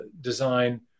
design